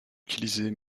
utiliser